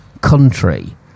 country